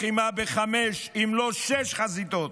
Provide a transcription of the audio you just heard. לחימה בחמש אם לא שש חזיתות,